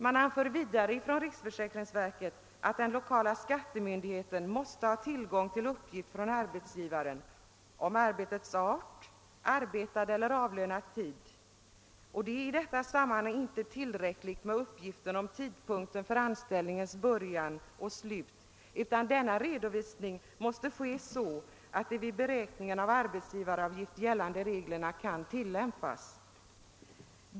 Riksförsäkringsverket anför vidare att den lokala skattemyndigheten måste ha tillgång till uppgift från arbetsgivaren om arbetets art, arbetad eller avlönad tid. Det är i detta sammanhang inte tillräckligt med uppgiften om tidpunkten för anställningens början och slut, utan denna redovisning måste ske så att de vid beräkningen av arbetsgivaravgift gällande reglerna kan tillämpas.